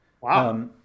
Wow